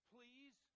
Please